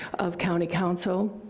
of county council,